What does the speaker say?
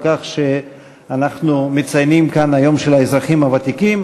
על כך שאנחנו מציינים כאן את היום של האזרחים הוותיקים,